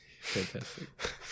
Fantastic